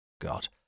God